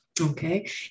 okay